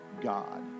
God